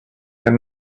and